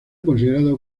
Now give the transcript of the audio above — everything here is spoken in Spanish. considerado